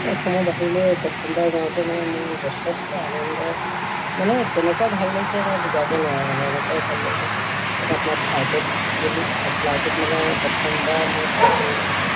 অসমৰ বাহিৰলৈ প্ৰথমবাৰ যাওঁতে মানে মোৰ যথেষ্ট আনন্দ মানে কেনেকুৱা ভাল লাগিছে মই বুজাব নোৱাৰোঁ মানে এনেকুৱাই ভাল লাগিলে এটা আপোনাৰ ফ্লাইটত গ'লোঁ ফ্লাইটত মানে প্ৰথমবাৰ মই ফ্লাইটত উঠিছোঁ